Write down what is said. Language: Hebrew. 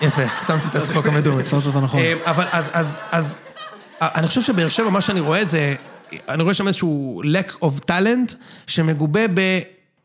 יפה, שמתי את הצחוק המדומה. שמת אותו נכון. אבל אז, אז, אז... אני חושב שבאר שבע מה שאני רואה זה... אני רואה שם איזשהו lack of talent שמגובה ב...